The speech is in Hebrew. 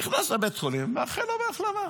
נכנס לבית החולים, נאחל לו החלמה.